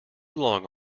long